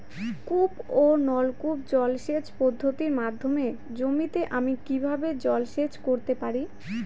কূপ ও নলকূপ জলসেচ পদ্ধতির মাধ্যমে জমিতে আমি কীভাবে জলসেচ করতে পারি?